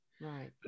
right